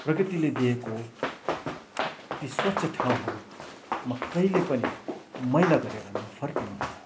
प्रकृतिले दिएको ती स्वच्छ ठाउँहरूमा कहिले पनि मैला गरेर नफर्किनु होला